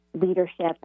leadership